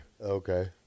Okay